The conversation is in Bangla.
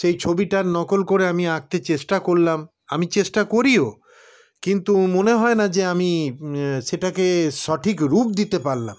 সেই ছবিটার নকল করে আমি আঁকতে চেষ্টা করলাম আমি চেষ্টা করিও কিন্তু মনে হয় না যে আমি সেটাকে সঠিক রূপ দিতে পারলাম